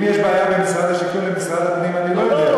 אם יש בעיה בין משרד השיכון למשרד הפנים אני לא יודע.